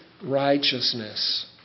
righteousness